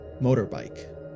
motorbike